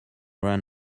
run